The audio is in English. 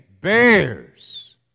bears